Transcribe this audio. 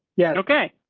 yeah. okay.